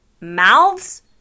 mouths